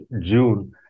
June